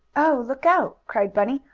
oh! look out! cried bunny.